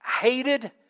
hated